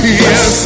yes